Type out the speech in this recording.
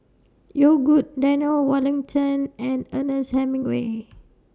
Yogood Daniel Wellington and Ernest Hemingway